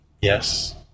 Yes